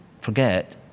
forget